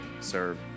serve